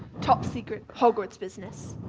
top secret hogwarts business.